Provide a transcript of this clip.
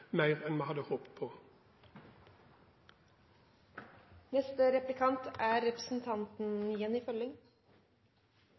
mer enn vi hadde håpet på